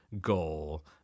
goal